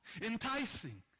Enticing